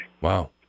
Wow